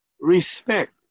respect